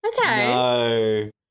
Okay